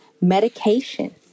medication